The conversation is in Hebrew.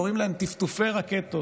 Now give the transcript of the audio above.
קוראים להם טפטופי רקטות.